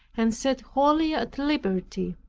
and set wholly at liberty.